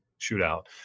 shootout